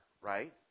right